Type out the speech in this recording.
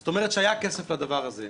זאת אומרת שהיה כסף לדבר הזה.